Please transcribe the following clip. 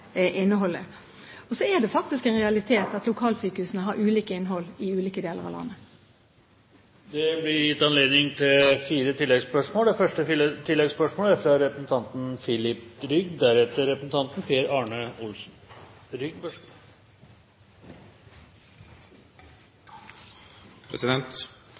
Og så er det faktisk en realitet at lokalsykehusene har ulikt innhold i ulike deler av landet. Det blir gitt anledning til fire